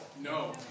No